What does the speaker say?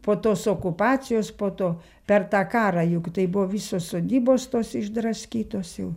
po tos okupacijos po to per tą karą juk tai buvo visos sodybos tos išdraskytos jau